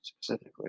specifically